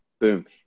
boom